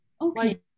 Okay